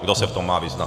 Kdo se v tom má vyznat.